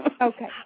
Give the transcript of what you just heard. Okay